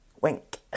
Wink